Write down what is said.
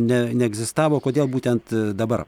ne neegzistavo kodėl būtent dabar